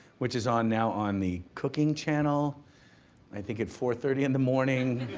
which is on now on the cooking channel i think at four thirty in the morning.